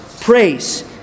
praise